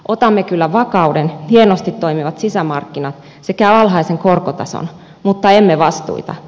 otamme kyllä vakauden hienosti toimivat sisämarkkinat sekä alhaisen korkotason mutta emme vastuita